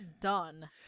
Done